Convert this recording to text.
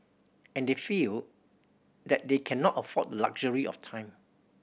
and they feel that they cannot afford the luxury of time